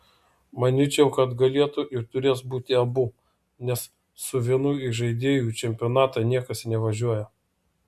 manyčiau kad galėtų ir turės būti abu nes su vienu įžaidėju į čempionatą niekas nevažiuoja